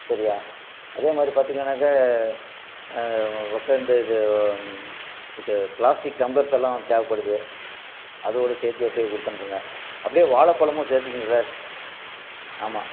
சரியா அதேமாதிரி பார்த்திங்கன்னாக்கா உட்காந்து இந்த இது பிளாஸ்டிக் டம்ளர்ஸ்ஸெல்லாம் தேவைப்படுது அதோடு சேர்த்தி கொடுத்து அனுப்புங்கள் அப்படியே வாழைப் பழமும் சேர்த்திகங்க சார் ஆமாம்